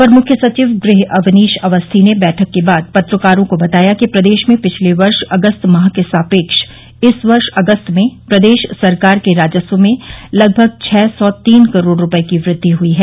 अपर मुख्य सचिव गृह अवनीश अवस्थी ने बैठक के बाद पत्रकारों को बताया कि प्रदेश में विगत वर्ष अगस्त माह के सापेक्ष इस वर्ष अगस्त में प्रदेश सरकार के राजस्व में लगभग छ सौ तीन करोड़ रूपये की वृद्वि हुई है